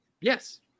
yes